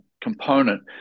component